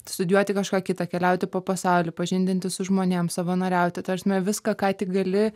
studijuoti kažką kitą keliauti po pasaulį pažindintis su žmonėm savanoriauti ta prasme viską ką tik gali